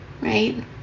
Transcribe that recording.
right